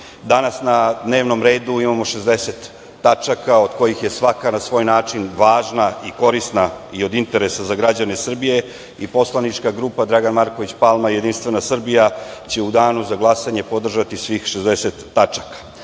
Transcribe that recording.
danas na dnevnom redu imamo 60 tačaka, od kojih je svaka na svoj način važna, korisna i od interesa za građane Srbije i poslanička grupa Dragan Marković Palma - Jedinstvena Srbija će u danu za glasanje podržati svih 60 tačaka. Ono